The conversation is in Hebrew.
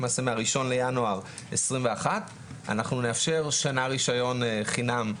למעשה מה-1 בינואר 2021 אנחנו נאפשר שנה רישיון חינם,